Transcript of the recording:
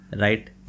right